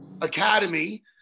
academy